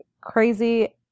crazy